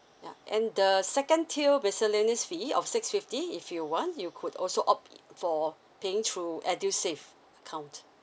yeah and the second tier miscellaneous fee of six fifty if you want you could also opt for paying through edusave account